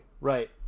Right